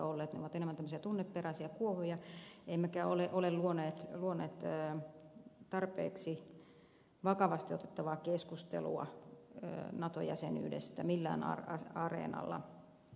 ne ovat enemmän tämmöisiä tunneperäisiä kuohuja emmekä ole luoneet tarpeeksi vakavasti otettavaa keskustelua nato jäsenyydestä millään areenalla